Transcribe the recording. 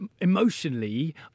emotionally